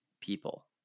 people